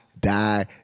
die